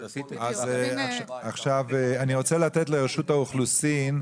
אני רוצה לתת רשות דיבור לרשות האוכלוסין.